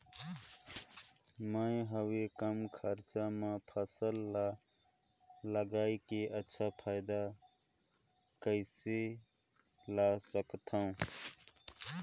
मैं हवे कम खरचा मा फसल ला लगई के अच्छा फायदा कइसे ला सकथव?